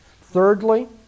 Thirdly